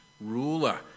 ruler